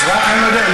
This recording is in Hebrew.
אזרח, אין לו ברירה.